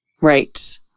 Right